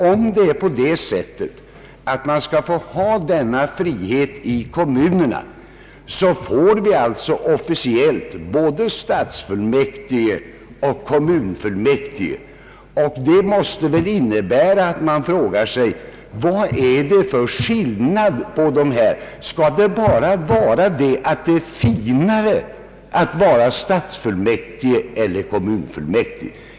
Om kommunerna skall ha denna frihet får vi två officiella beteckningar, stadsfullmäktige och kommunfullmäktige. Det måste innebära att man börjar fråga sig vad det är för skillnad mellan dessa. Skall det anses vara finare att vara stadsfullmäktige än kommunfullmäktige?